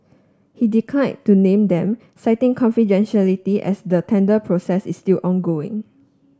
he decline to name them citing confidentiality as the tender process is still ongoing